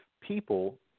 people